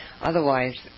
Otherwise